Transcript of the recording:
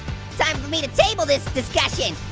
time for me to table this discussion.